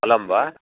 अलं वा